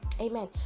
Amen